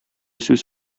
сүз